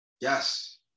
Yes